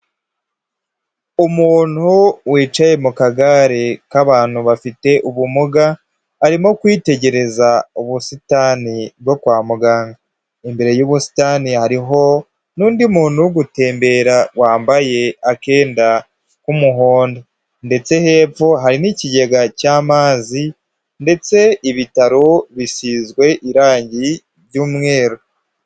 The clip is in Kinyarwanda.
Umuntu wicaye mu kagare k'abantu bafite ubumuga, arimo kwitegereza ubusitani bwo kwa muganga. Imbere y'ubusitani hariho n'undi muntu uri gutembera, wambaye akenda k'umuhondo ndetse hepfo hari n'ikigega cy'amazi ndetse ibitaro bisizwe irangi ry'umweru.